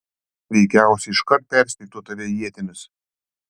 veikiausiai iškart persmeigtų tave ietimis